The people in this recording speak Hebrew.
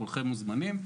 כולכם מוזמנים,